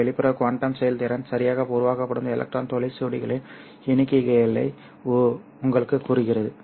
இந்த வெளிப்புற குவாண்டம் செயல்திறன் சரியாக உருவாக்கப்படும் எலக்ட்ரான் துளை ஜோடிகளின் எண்ணிக்கையை உங்களுக்குக் கூறுகிறது